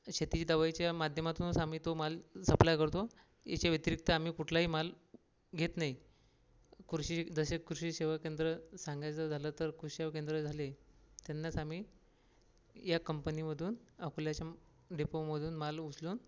शेतीच्या दवाईच्या माध्यमातूनच आम्ही तो माल सप्लाय करतो याच्या व्यतिरिक्त आम्ही कुठलाही माल घेत नाही कृषी जसे कृषी सेवा केंद्र सांगायचं झालं तर कृषी सेवा केंद्र झाले त्यांनाच आम्ही या कंपनीमधून अकोल्याच्या डेपोमधून माल उचलून